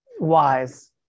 wise